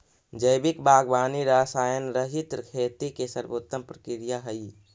जैविक बागवानी रसायनरहित खेती के सर्वोत्तम प्रक्रिया हइ